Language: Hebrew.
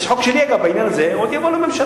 יש חוק שלי, אגב, בעניין הזה, שעוד יבוא לממשלה.